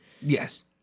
Yes